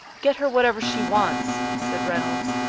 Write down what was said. get her whatever she wants, said reynolds.